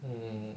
hmm